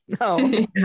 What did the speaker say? No